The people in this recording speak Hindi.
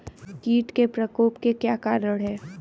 कीट के प्रकोप के क्या कारण हैं?